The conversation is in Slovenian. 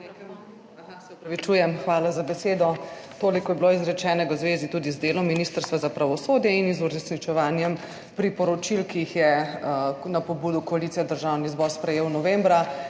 Hvala za besedo. Toliko je bilo izrečenega v zvezi tudi z delom Ministrstva za pravosodje in z uresničevanjem priporočil, ki jih je na pobudo koalicije Državni zbor sprejel novembra.